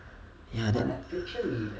ya then